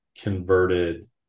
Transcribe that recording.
converted